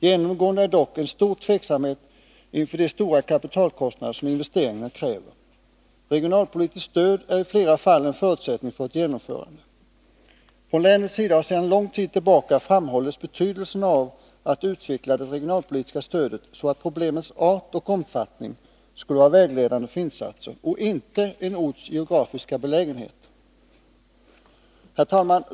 Genomgående är dock en stor tveksamhet inför de stora kapitalkostnader som investeringarna kräver. Regionalpolitiskt stöd är i flera fall en förutsättning för ett genomförande. Från länets sida har sedan lång tid tillbaka framhållits betydelsen av att utveckla det regionalpolitiska stödet så, att problemens art och omfattning skulle vara vägledande för insatser och inte en orts geografiska belägenhet. Herr talman!